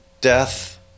death